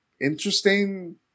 Interesting